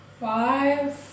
five